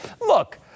Look